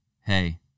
hey